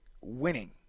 winning